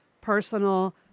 personal